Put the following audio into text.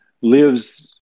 lives